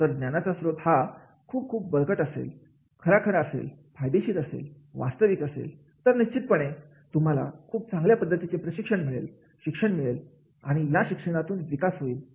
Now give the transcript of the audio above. जर ज्ञानाचा स्त्रोत हा खूप खूप बळकट असेल खरा खरा असेल फायदेशीर असेल वास्तविक असेल तर निश्चितपणे तुम्हाला खूप चांगल्या पद्धतीचे प्रशिक्षण मिळेल शिक्षण मिळेल आणि या शिक्षणातून विकास होईल